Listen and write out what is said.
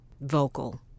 vocal